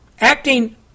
Acting